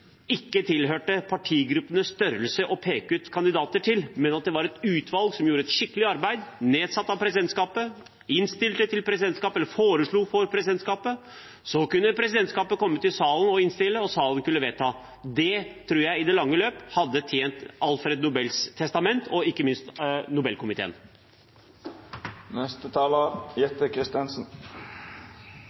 men at det var et utvalg, nedsatt av presidentskapet, som gjorde et skikkelig arbeid, og som innstilte til eller foreslo kandidater for presidentskapet. Så kunne presidentskapet innstille til Stortinget, og salen kunne vedta. Det tror jeg i det lange løp hadde tjent Alfred Nobels testament og ikke minst